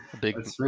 Big